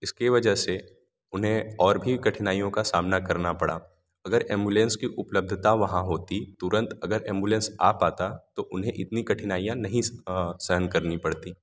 इसके वजह से उन्हें और भी कठिनाइयों का सामना पड़ा अगर एम्बुलेंस की उपलब्धता वहाँ होती तुरंत अगर एम्बुलेंस आ पाता तो उन्हें इतनी कठिनाईयाँ नहीं सहन करनी पड़तीं